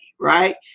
right